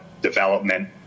development